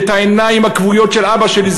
את העיניים הכבויות של אבי שלי,